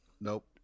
Nope